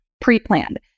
pre-planned